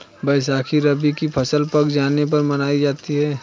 बैसाखी रबी की फ़सल पक जाने पर मनायी जाती है